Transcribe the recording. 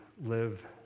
live